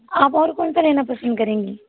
आप और कौन सा लेना पसंद करेंगी